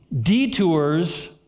Detours